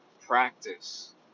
practice